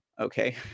Okay